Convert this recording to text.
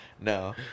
No